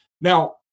Now